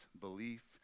belief